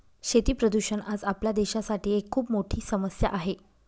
शेती प्रदूषण आज आपल्या देशासाठी एक खूप मोठी समस्या आहे